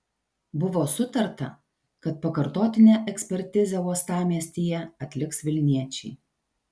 buvo sutarta kad pakartotinę ekspertizę uostamiestyje atliks vilniečiai